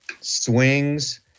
swings